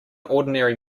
ordinary